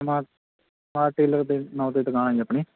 ਸਮਾ smart tailor ਦੇ ਨਾਂ 'ਤੇ ਦੁਕਾਨ ਆ ਜੀ ਆਪਣੀ